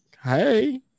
Hey